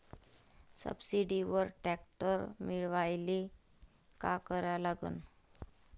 सबसिडीवर ट्रॅक्टर मिळवायले का करा लागन?